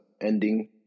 ending